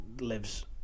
lives